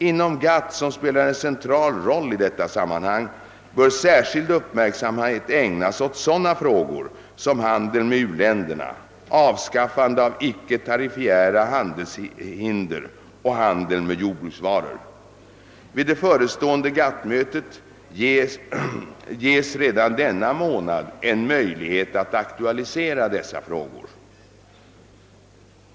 Inom GATT, som spelar en central roll i detta sammanhang, bör särskild uppmärksamhet ägnas åt sådana frågor som handeln med u-länderna, avskaffande av icke-tariffära handelshinder och handeln med jordbruksvaror. Vid det förestående GATT mötet ges redan denna månad en möjlighet att aktualisera dessa frågor.